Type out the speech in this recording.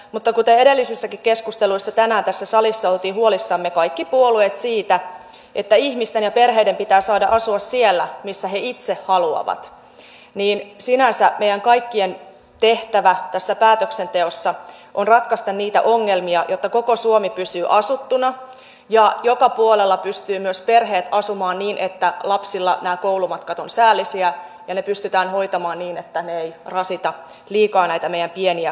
mutta kuten edellisissäkin keskusteluissa tänään tässä salissa olimme huolissamme kaikki puolueet siitä että ihmisten ja perheiden pitää saada asua siellä missä he itse haluavat niin sinänsä meidän kaikkien tehtävä tässä päätöksenteossa on ratkaista niitä ongelmia jotta koko suomi pysyy asuttuna ja joka puolella pystyvät myös perheet asumaan niin että lapsilla nämä koulumatkat ovat säällisiä ja ne pystytään hoitamaan niin että ne eivät rasita liikaa näitä meidän pieniä koululaisiamme